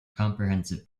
comprehensive